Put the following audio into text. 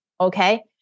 okay